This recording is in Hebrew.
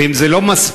ואם זה לא מספיק,